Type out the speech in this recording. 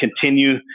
continue